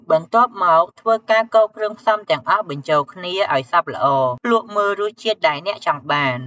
បន្ទាប់មកធ្វើរការកូរគ្រឿងផ្សំទាំងអស់បញ្ចូលគ្នាឲ្យសព្វល្អភ្លក្សមើលរសជាតិដែលអ្នកចង់បាន។